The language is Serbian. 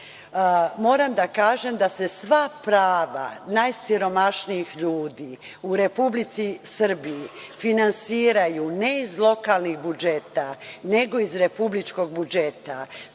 Moram da kažem da se sva prava najsiromašnijih ljudi u Republici Srbiji finansiraju ne iz lokalnih budžeta, nego iz republičkog budžeta.